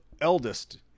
eldest